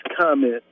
comment